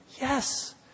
Yes